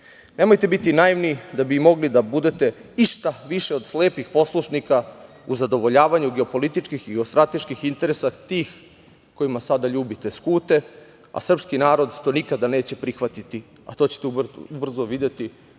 nemojte biti naivni da bi mogli da budete išta više od slepih poslušnika u zadovoljavanju geopolitičkih i od strateških interesa, tih kojima sada ljubite skute, a srpski narod to nikada neće prihvatiti, a to ćete ubrzo videti